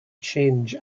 change